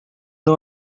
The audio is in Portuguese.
não